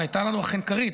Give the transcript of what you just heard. הייתה לנו אכן כרית,